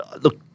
look